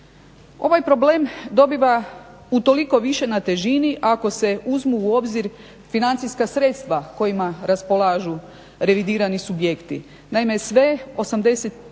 Ovaj problem dobiva utoliko više na težini ako se uzmu u obzir financijska sredstva kojima raspolažu revidirani subjekti. Naime, sve 81